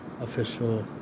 official